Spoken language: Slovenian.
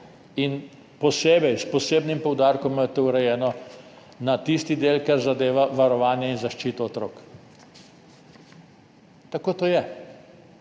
podrobno, s posebnim poudarkom imajo urejen tisti del, ki zadeva varovanje in zaščito otrok. Tako to je.